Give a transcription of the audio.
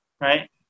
right